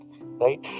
right